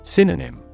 Synonym